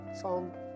song